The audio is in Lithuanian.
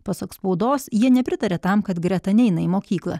pasak spaudos jie nepritaria tam kad greta neina į mokyklą